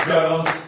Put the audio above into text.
Girls